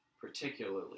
particularly